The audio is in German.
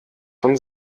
von